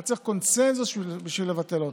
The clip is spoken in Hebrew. אתה צריך קונסנזוס כדי לבטל אותם.